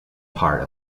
part